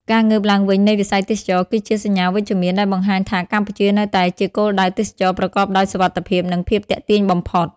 ការងើបឡើងវិញនៃវិស័យទេសចរណ៍គឺជាសញ្ញាវិជ្ជមានដែលបង្ហាញថា កម្ពុជានៅតែជាគោលដៅទេសចរណ៍ប្រកបដោយសុវត្ថិភាព និងភាពទាក់ទាញបំផុត។